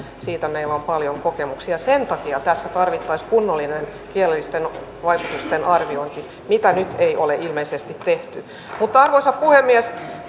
siitä meillä on paljon kokemuksia sen takia tässä tarvittaisiin kunnollinen kielellisten vaikutusten arviointi mitä nyt ei ole ilmeisesti tehty mutta arvoisa puhemies